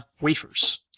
wafers